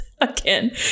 again